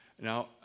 Now